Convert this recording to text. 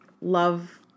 Love